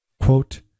Quote